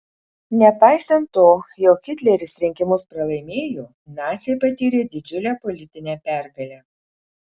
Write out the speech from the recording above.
nepaisant to jog hitleris rinkimus pralaimėjo naciai patyrė didžiulę politinę pergalę